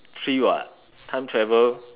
three [what] time travel